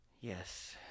Yes